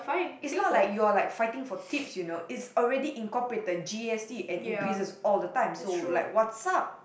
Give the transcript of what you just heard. is not like you are like fighting for tips you know it's already incorporated G_S_T and increases all the time so like what's up